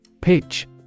Pitch